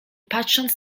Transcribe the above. patrząc